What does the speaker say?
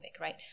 right